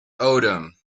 odin